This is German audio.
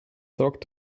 sorgt